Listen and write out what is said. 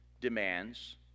demands